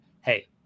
hey